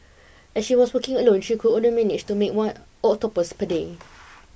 as she was working alone she could only manage to make about one octopus per day